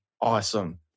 awesome